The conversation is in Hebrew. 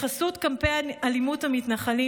בחסות קמפיין אלימות המתנחלים